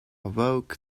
woke